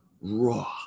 raw